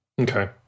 Okay